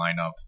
lineup